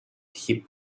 hip